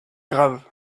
grave